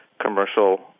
commercial